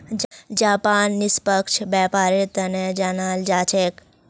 Japan निष्पक्ष व्यापारेर तने जानाल जा छेक